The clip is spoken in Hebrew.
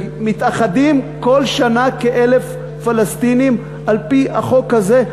ומתאחדים כל שנה כ-1,000 פלסטינים על-פי החוק הזה,